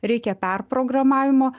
reikia perprogramavimo